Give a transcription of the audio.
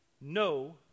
no